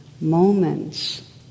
moments